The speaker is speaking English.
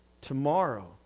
tomorrow